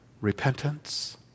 repentance